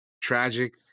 Tragic